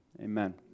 Amen